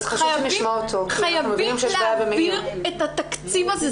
חייבים להעביר את התקציב הזה.